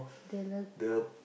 the lagoon